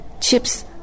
chips